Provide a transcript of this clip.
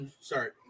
Sorry